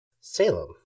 Salem